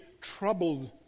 troubled